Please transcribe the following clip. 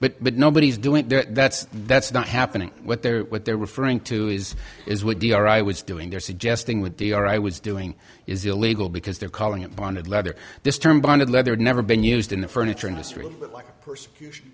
actually but nobody is doing that that's not happening what they're what they're referring to is is what the are i was doing they're suggesting with the or i was doing is illegal because they're calling it bonded leather this term bonded leather never been used in the furniture industry like persecution